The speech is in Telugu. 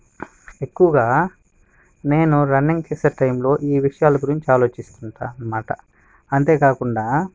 ఎక్కువుగా నేను రన్నింగ్ చేసే టైంలో ఈ విషయాలు గురించి ఆలోచిస్తుంటాను అన్నమాట అంతేకాకుండా